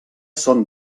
són